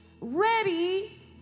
ready